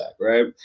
right